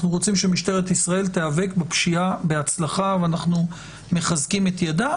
אנחנו רוצים שמשטרת ישראל תיאבק בפשיעה בהצלחה ואנחנו מחזקים את ידה.